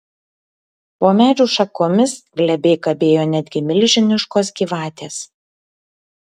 po medžių šakomis glebiai kabėjo netgi milžiniškos gyvatės